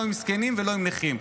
לא עם זקנים ולא עם נכים,